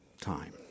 time